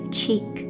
cheek